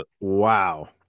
Wow